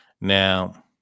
Now